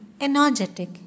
energetic